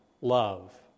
love